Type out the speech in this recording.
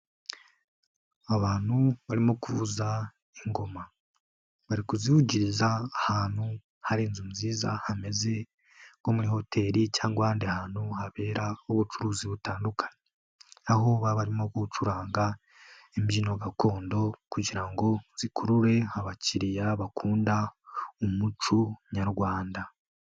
Abantu barimo kuvuza ingoma, bari kuzivugiriza ahantu hari inzu nziza hameze nko' muri hoteli cyangwa ahandi hantu habera nk'ubucuruzi butandukanye, aho baba barimo gucuranga imbyino gakondo kugira ngo zikurure abakiriya bakunda umuco nyarwanda.